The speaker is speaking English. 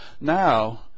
now